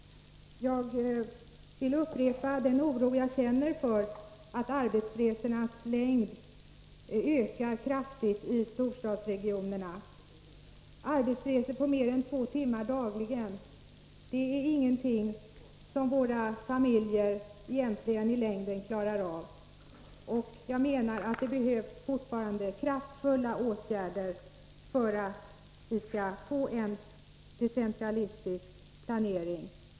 Jag vill upprepa att jag känner oro för att arbetsresornas längd kraftigt ökar i storstadsregionerna. Arbetsresor på mer än två timmar per dag är någonting som familjerna i längden egentligen inte klarar av. Jag menar att det fortfarande behövs kraftfulla åtgärder för att vi skall få en decentralistisk planering.